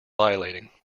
violating